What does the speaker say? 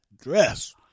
dress